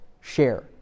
share